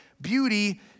beauty